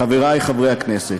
חברי חברי הכנסת,